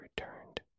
returned